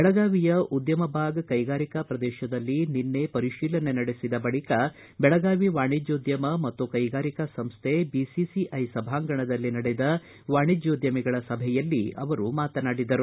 ಬೆಳಗಾವಿಯ ಉದ್ಯಮಬಾಗ ಕೈಗಾರಿಕಾ ಪ್ರದೇಶದಲ್ಲಿ ನಿನ್ನೆ ಪರಿಶೀಲನೆ ನಡೆಸಿದ ಬಳಿಕ ಬೆಳಗಾವಿ ವಾಣಿಜ್ಞೋದ್ಯಮ ಮತ್ತು ಕೈಗಾರಿಕಾ ಸಂಸೈಬಿಸಿಸಿಐಯ ಸಭಾಂಗಣದಲ್ಲಿ ನಡೆದ ವಾಣಿಜ್ಯೋದ್ಯಮಿಗಳ ಸಭೆಯಲ್ಲಿ ಅವರು ಮಾತನಾಡಿದರು